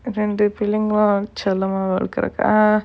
ரெண்டு பிள்ளைங்களும் செல்லமா வழக்குறதுகா:rendu pillaingalu chellamaa valagurathukaa